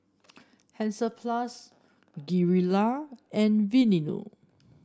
Hansaplast Gilera and Aveeno